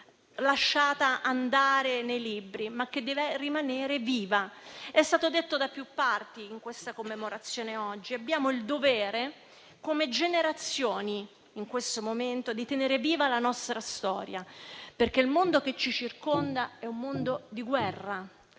lasciata andare nei libri. È stato detto da più parti in questa commemorazione: abbiamo il dovere come generazioni, in questo momento, di tenere viva la nostra storia, perché il mondo che ci circonda è un mondo di guerra,